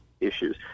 issues